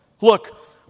Look